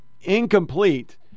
incomplete